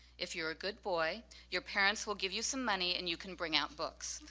if you're a good boy your parents will give you some money and you can bring out books.